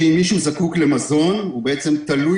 אם מישהו זקוק למזון הוא בעצם תלוי